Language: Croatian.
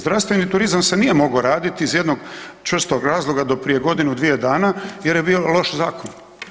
Zdravstveni turizam se nije mogao raditi iz jednog čvrstog razloga do prije godinu dvije dana jer je bio loš zakon.